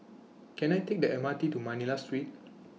Can I Take The M R T to Manila Street